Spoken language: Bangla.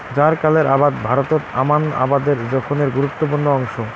জ্বারকালের আবাদ ভারতত আমান আবাদের জোখনের গুরুত্বপূর্ণ অংশ